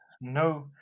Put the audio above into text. no